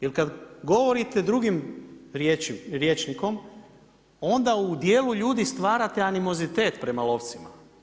Jer kad govorite drugim rječnikom onda u dijelu ljudi stvarate animozitet prema lovcima.